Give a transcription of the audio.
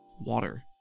water